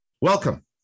Welcome